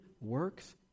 works